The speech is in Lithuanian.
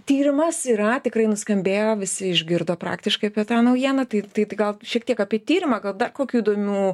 tyrimas yra tikrai nuskambėjo visi išgirdo praktiškai apie tą naujieną tai tai gal šiek tiek apie tyrimą gal dar kokių įdomių